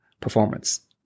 performance